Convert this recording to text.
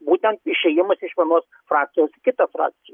būtent išėjimas iš vienos frakcijos į kitą frakciją